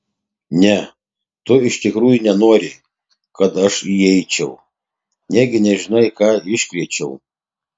ne tu iš tikrųjų nenori kad aš įeičiau negi nežinai ką iškrėčiau